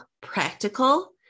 practical